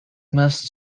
must